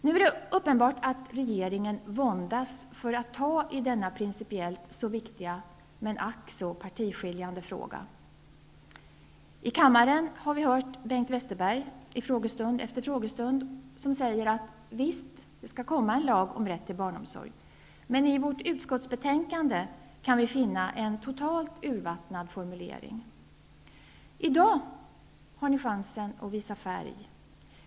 Nu är det uppenbart att regeringen våndas inför att ta tag i denna principiellt mycket viktiga -- men, ack, så partiskiljande -- fråga. I kammaren har vi hört Bengt Westerberg vid frågestund efter frågestund säga: Visst, det skall komma en lag om rätt till barnomsorg. Men i utskottsbetänkandet kan vi finna en totalt urvattnad formulering. I dag har ni chansen att visa färg.